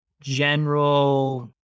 general